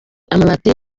amabati